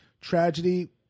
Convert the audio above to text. tragedy